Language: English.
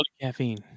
caffeine